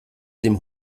dem